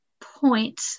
point